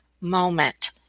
moment